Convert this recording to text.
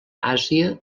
àsia